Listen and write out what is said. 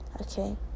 Okay